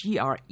GRE